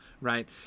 right